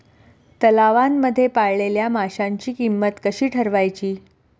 तलावांमध्ये पाळलेल्या माशांची किंमत कशी ठरवायची?